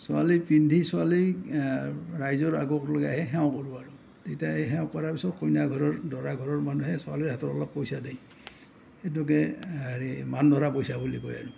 ছোৱালী পিন্ধি ছোৱালী ৰাইজৰ আগত লগি আহি সেৱা কৰবো আৰু তেতিয়া এই সেৱা কৰাৰ পিছত কইনা ঘৰৰ দৰা ঘৰৰ মানুহে ছোৱালীৰ হাতত অলপ পইচা দেই সেইটোকে হেৰি মান ধৰা পইচা বুলি কয় আৰু